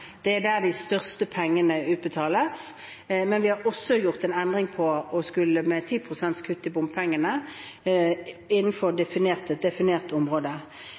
Det er der de største pengene utbetales. Men vi har også gjort en endring med 10 pst. kutt i bompengene innenfor et definert område.